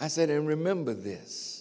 i said and remember this